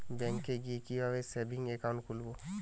ব্যাঙ্কে গিয়ে কিভাবে সেভিংস একাউন্ট খুলব?